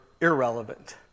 irrelevant